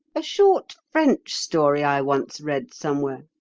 a short french story i once read somewhere,